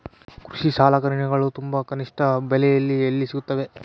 ಕೃಷಿ ಸಲಕರಣಿಗಳು ತುಂಬಾ ಕನಿಷ್ಠ ಬೆಲೆಯಲ್ಲಿ ಎಲ್ಲಿ ಸಿಗುತ್ತವೆ?